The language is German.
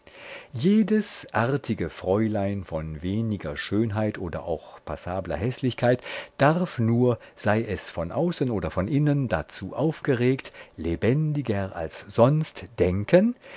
jedes artige fräulein von weniger schönheit oder auch passabler häßlichkeit darf nur sei es von außen oder von innen dazu aufgeregt lebendiger als sonst denken